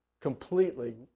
completely